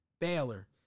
Baylor